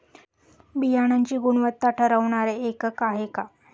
बियाणांची गुणवत्ता ठरवणारे एकक आहे का?